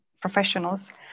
professionals